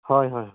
ᱦᱳᱭ ᱦᱳᱭ